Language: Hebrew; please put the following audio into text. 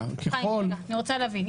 אני רוצה להבין.